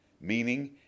meaning